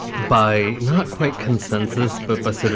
by not quite consensus, but but sort of